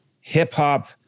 hip-hop